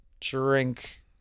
drink